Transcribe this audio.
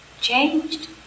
changed